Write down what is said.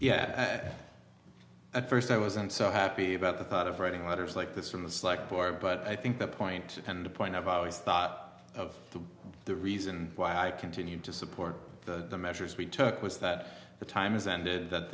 yeah that at first i wasn't so happy about the thought of writing letters like this from the select poor but i think the point and the point i've always thought of the reason why i continue to support the measures we took was that the time is ended that